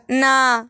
না